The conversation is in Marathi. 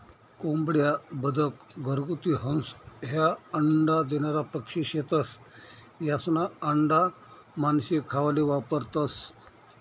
कोंबड्या, बदक, घरगुती हंस, ह्या अंडा देनारा पक्शी शेतस, यास्ना आंडा मानशे खावाले वापरतंस